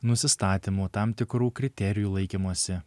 nusistatymų tam tikrų kriterijų laikymosi